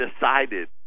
decided